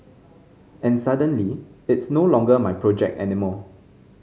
and suddenly it's no longer my project anymore